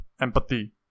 Empathy